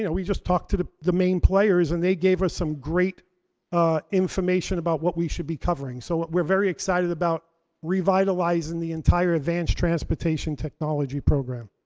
yeah we just talked to the the main players, and they gave us some great information about what we should be covering. so we're very excited about revitalizing the entire advanced transportation technology program.